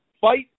fight